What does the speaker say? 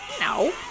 No